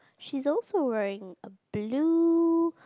she's also wearing blue